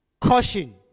Caution